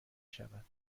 شود